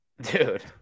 Dude